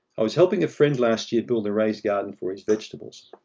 i was helping a friend last year build a raised garden for his vegetables.